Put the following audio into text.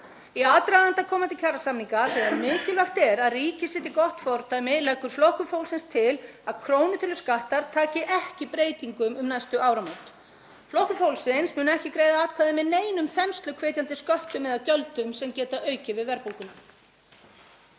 Í aðdraganda komandi kjarasamninga þegar mikilvægt er að ríkið setji gott fordæmi leggur Flokkur fólksins til að krónutöluskattar taki ekki breytingum um næstu áramót. Flokkur fólksins mun ekki greiða atkvæði með neinum þensluhvetjandi sköttum eða gjöldum sem geta aukið við verðbólguna.